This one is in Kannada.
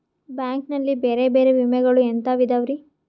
ಬ್ಯಾಂಕ್ ನಲ್ಲಿ ಬೇರೆ ಬೇರೆ ವಿಮೆಗಳು ಎಂತವ್ ಇದವ್ರಿ?